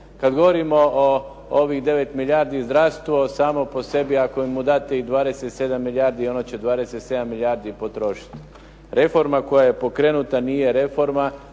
Kada govorimo o ovih 9 milijarda zdravstvo samo po sebi ako mu date i 27 milijardi, ono će 27 milijardi potrošiti. Reforma koja je pokrenuta nije reforma